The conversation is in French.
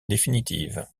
définitive